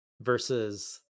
versus